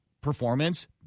performance